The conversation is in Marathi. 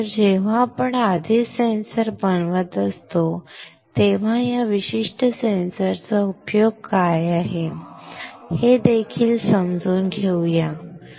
तर जेव्हा आपण आधीच सेन्सर बनवत असतो तेव्हा या विशिष्ट सेन्सरचा उपयोग काय आहे हे देखील समजून घेऊया बरोबर